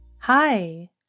Hi